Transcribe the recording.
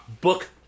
book